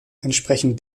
entsprechen